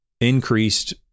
increased